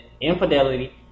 infidelity